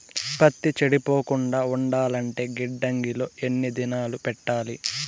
పత్తి చెడిపోకుండా ఉండాలంటే గిడ్డంగి లో ఎన్ని దినాలు పెట్టాలి?